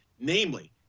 namely